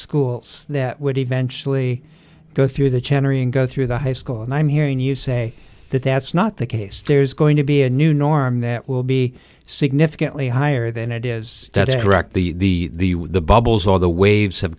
schools that would eventually go through the channel go through the high school and i'm hearing you say that that's not the case there's going to be a new norm that will be significantly higher than it is that's correct the the bubbles or the waves have